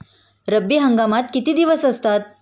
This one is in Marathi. रब्बी हंगामात किती दिवस असतात?